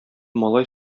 малай